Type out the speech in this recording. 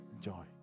joy